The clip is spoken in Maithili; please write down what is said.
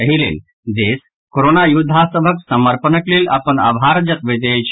एहि लेल देश कोरोना योद्धा सभक समर्पणक लेल अपन आभार जतवैत अछि